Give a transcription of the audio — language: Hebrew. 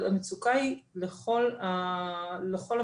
אבל המצוקה היא לכל המדינה.